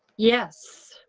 yes.